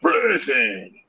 prison